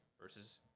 versus